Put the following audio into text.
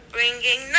Bringing